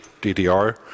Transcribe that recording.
DDR